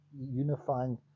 unifying